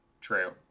True